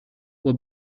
were